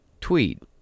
tweet